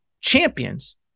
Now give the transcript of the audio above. champions